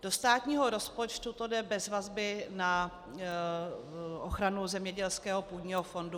Do státního rozpočtu to jde bez vazby na ochranu zemědělského půdního fondu.